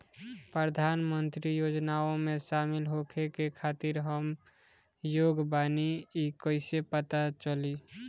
प्रधान मंत्री योजनओं में शामिल होखे के खातिर हम योग्य बानी ई कईसे पता चली?